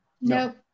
No